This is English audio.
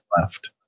left